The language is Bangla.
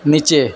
নিচে